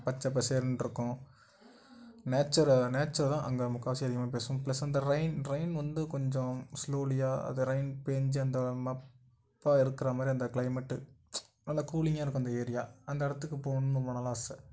பச்சைப் பசேர்ன்ருக்கும் nature nature தான் அங்கே முக்கால்வாசி அதிகமாக பேசும் பிளஸ் அந்த ரெயின் ரெயின் வந்து கொஞ்சம் ஸ்லோலியாக அது ரெயின் பேஞ்சி அந்த மப்பாக இருக்கிற மாதிரி அந்த கிளைமேட் நல்லா கூலிங்காக இருக்கும் அந்த ஏரியா அந்த இடத்துக்கு போகணுன்னு ரொம்ப நாளாக ஆசை